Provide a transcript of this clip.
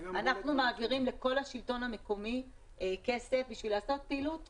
אנחנו מעבירים לשלטון המקומי כסף בשביל לעשות פעילות חינוך,